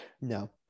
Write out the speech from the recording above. No